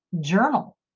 Journal